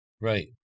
Right